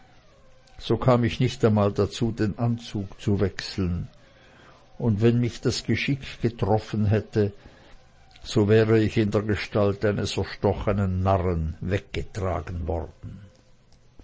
so kam ich nicht einmal dazu den anzug zu wechseln und wenn mich das geschick getroffen hätte so wäre ich in der gestalt eines erstochenen narren weggetragen worden